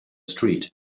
street